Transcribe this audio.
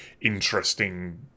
interesting